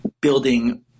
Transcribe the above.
building –